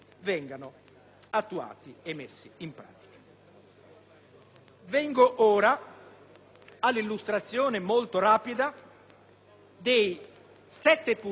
Vengo ora all'illustrazione molto rapida dei sette punti